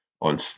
on